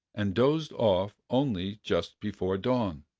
and dozed off only just before dawn.